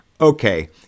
Okay